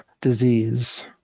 disease